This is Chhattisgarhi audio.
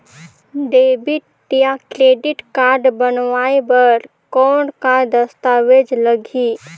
डेबिट या क्रेडिट कारड बनवाय बर कौन का दस्तावेज लगही?